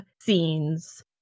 scenes